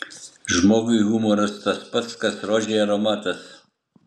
žmogui humoras tas pat kas rožei aromatas